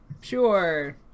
sure